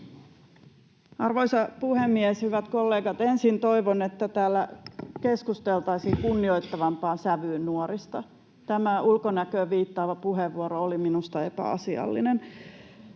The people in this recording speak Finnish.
Arvoisa puhemies! Hyvät kollegat! Ensin toivon, että täällä keskusteltaisiin kunnioittavampaan sävyyn nuorista. Tämä ulkonäköön viittaava puheenvuoro oli minusta epäasiallinen.